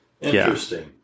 Interesting